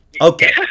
okay